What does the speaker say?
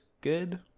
good